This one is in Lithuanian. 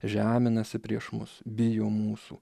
žeminasi prieš mus bijo mūsų